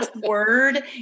word